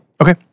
Okay